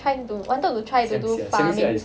trying to wanted to try to do farming